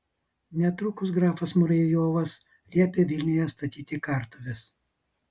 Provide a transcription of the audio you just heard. netrukus grafas muravjovas liepė vilniuje statyti kartuves